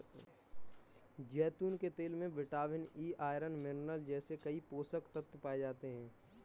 जैतून के तेल में विटामिन ई, आयरन, मिनरल जैसे कई पोषक तत्व पाए जाते हैं